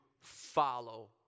follow